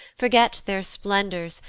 forget their splendors,